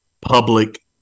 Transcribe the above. public